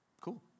Cool